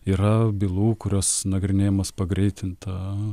yra bylų kurios nagrinėjamos pagreitinta